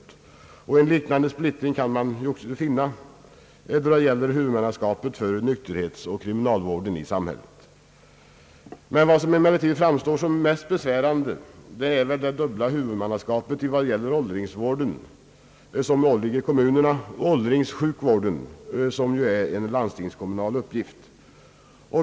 En liknande uppsplittring på olika huvudmän finner man i vad gäller nykterhetsoch kriminalvården. Vad som emellertid framstår som mest besvärande är det dubbla huvudmannaskapet för ålderingsvården, som åligger kommunerna, och åldringssjukvården, som är en landstingskommunal uppgift.